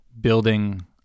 building